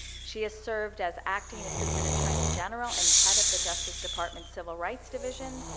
she has served as acting assistant attorney general and head of the justice department civil rights division,